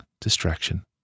distraction